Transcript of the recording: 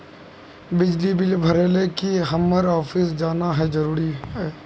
बिजली बिल भरे ले की हम्मर ऑफिस जाना है जरूरी है?